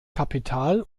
kapital